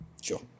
Sure